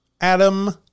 Adam